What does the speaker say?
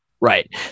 right